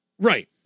Right